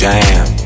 Jam